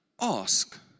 ask